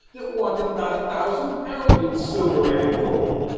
that wanteth not a thousand pound in silver and in gold.